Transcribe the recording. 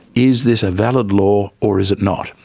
is this a valid law or is it not?